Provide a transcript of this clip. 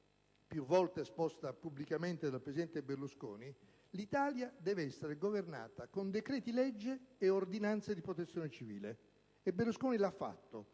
più volte esposta pubblicamente dal presidente Berlusconi, l'Italia deve essere governata con decreti-legge e ordinanze di Protezione civile, e Berlusconi lo ha fatto,